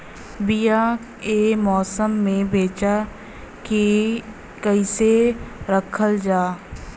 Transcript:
बीया ए मौसम में बचा के कइसे रखल जा?